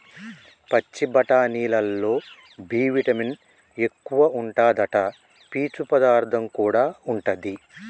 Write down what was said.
పచ్చి బఠానీలల్లో B vitamin ఎక్కువుంటాదట, పీచు పదార్థం కూడా ఉంటది